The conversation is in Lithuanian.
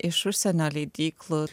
iš užsienio leidyklų